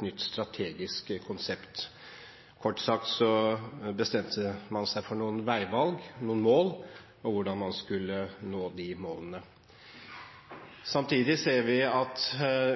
nytt strategisk konsept. Kort sagt bestemte man seg for noen veivalg, noen mål, og hvordan man skulle nå de målene. Samtidig ser vi at